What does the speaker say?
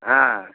ஆ